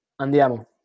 Andiamo